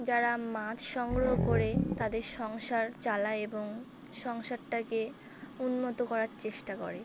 যারা মাছ সংগ্রহ করে তাদের সংসার চালায় এবং সংসারটাকে উন্নত করার চেষ্টা করে